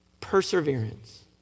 Perseverance